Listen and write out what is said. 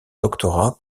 doctorat